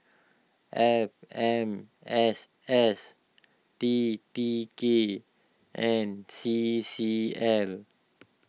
F M S S T T K and C C L